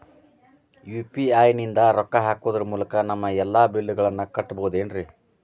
UPI ನಿಂದ ರೊಕ್ಕ ಹಾಕೋದರ ಮೂಲಕ ನಮ್ಮ ಎಲ್ಲ ಬಿಲ್ಲುಗಳನ್ನ ಕಟ್ಟಬಹುದೇನ್ರಿ?